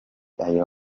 ayo